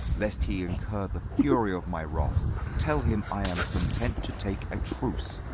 lest he incur the fury of my wrath tell him i am content to take a truce,